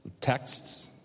texts